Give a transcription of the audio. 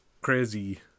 crazy